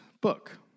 book